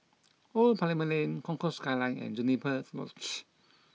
Old Parliament Lane Concourse Skyline and Juniper Lodge